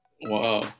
Wow